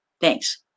Thanks